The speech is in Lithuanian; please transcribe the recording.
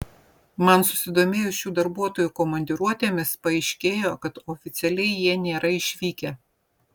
man susidomėjus šių darbuotojų komandiruotėmis paaiškėjo kad oficialiai jie nėra išvykę